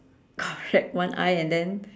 correct one eye and then